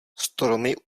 stromy